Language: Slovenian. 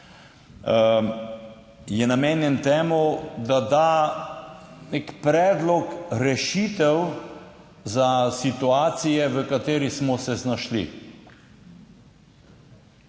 je namenjen temu, da da nek predlog rešitev za situacije, v katerih smo se znašli.